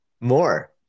More